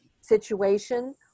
situation